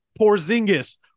Porzingis